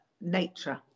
nature